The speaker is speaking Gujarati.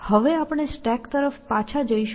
હવે આપણે સ્ટેક તરફ પાછા જઈશું